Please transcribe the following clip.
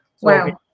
Wow